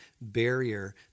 barrier